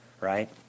right